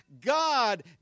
God